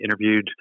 interviewed